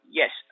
yes